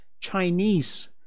Chinese